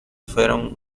fueron